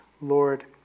Lord